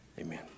amen